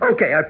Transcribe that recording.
Okay